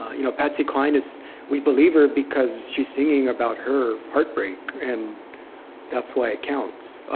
you know, patsy cline is we believe her, because she's singing about her heartbreak, and that's why it counts. ah